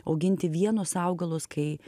auginti vienus augalus kai